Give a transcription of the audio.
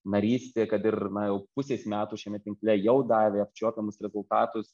narystė kad ir na jau pusės metų šiame tinkle jau davė apčiuopiamus rezultatus